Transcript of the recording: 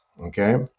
Okay